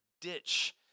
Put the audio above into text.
ditch